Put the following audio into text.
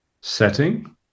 setting